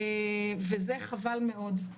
וזה חבל מאוד,